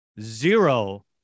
Zero